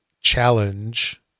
challenge